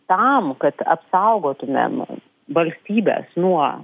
tam kad apsaugotumėm valstybes nuo